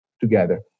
together